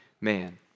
man